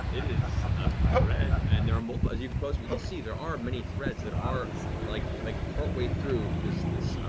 is a thread and there are multiple as you get closer, you can see there are many threads that are like like partway through this this